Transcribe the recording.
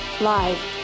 live